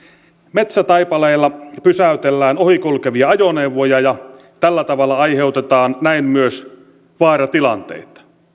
metsätaipaleilla pysäytellään ohi kulkevia ajoneuvoja ja tällä tavalla aiheutetaan myös vaaratilanteita